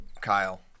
Kyle –